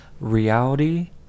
reality